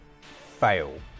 fail